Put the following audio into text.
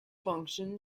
function